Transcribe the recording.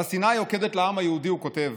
על השנאה היוקדת לעם היהודי הוא כתב: